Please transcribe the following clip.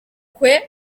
kwe